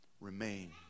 Remain